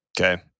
Okay